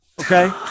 Okay